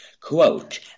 Quote